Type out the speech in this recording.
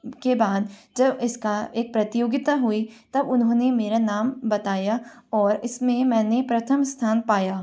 के बाद जब इसका एक प्रतियोगिता हुई तब उन्होंने मेरा नाम बताया और इसमें मैने प्रथम स्थान पाया